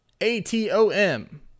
A-T-O-M